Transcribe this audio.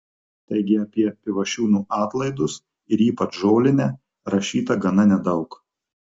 taigi apie pivašiūnų atlaidus ir ypač žolinę rašyta gana nedaug